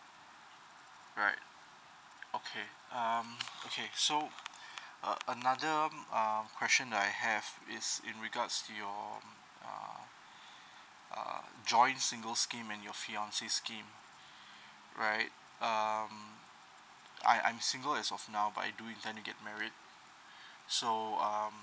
right okay um okay so uh another uh question that I have is in regards to your uh err join single scheme and your fiancee scheme right um I I'm single as of now but I do intend to get married so um